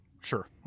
Sure